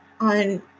on